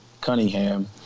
Cunningham